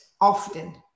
often